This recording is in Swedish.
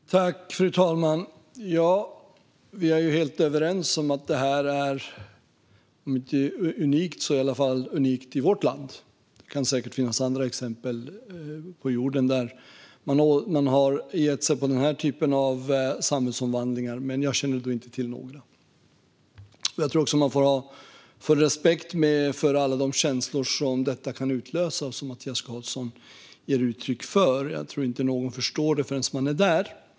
Fru talman! Jag och Mattias Karlsson är helt överens om att det här är om inte unikt så i alla fall unikt i vårt land. Det kan säkert finnas andra exempel på jorden där man har gett sig in på den här typen av samhällsomvandlingar, men jag känner inte till något. Man får ha full respekt för alla känslor som detta kan utlösa och som Mattias Karlsson ger uttryck för. Jag tror inte att det går att förstå förrän man är där.